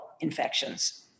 infections